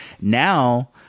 Now